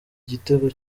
gitego